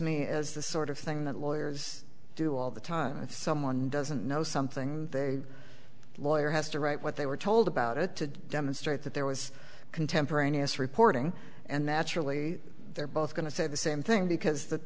me as the sort of thing that lawyers do all the time someone doesn't know something a lawyer has to write what they were told about it to demonstrate that there was contemporaneous reporting and naturally they're both going to say the same thing because the